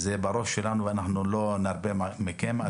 זה בראש שלנו ואנחנו לא נרפה מכם.